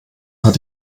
hat